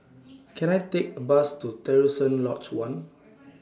Can I Take A Bus to Terusan Lodge one